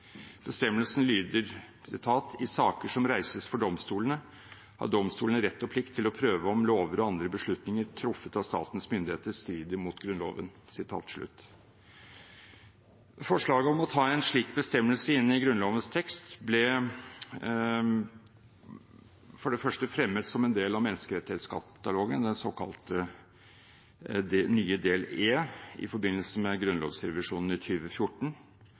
Bestemmelsen lyder: «I saker som reises for domstolene, har domstolene rett og plikt til å prøve om lover og andre beslutninger truffet av statens myndigheter strider mot Grunnloven.» Forslaget om å ta en slik bestemmelse inn i Grunnlovens tekst ble for det første fremmet som en del av menneskerettighetskatalogen, den såkalte nye del E i forbindelse med grunnlovsrevisjonen i